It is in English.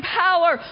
power